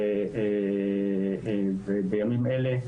ובימים אלה,